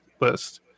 list